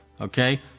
Okay